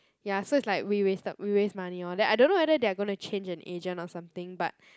ya so it's like we wasted we waste money loh then I don't know whether they are going to change an agent or something but